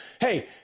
Hey